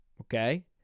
okay